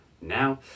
now